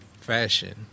Fashion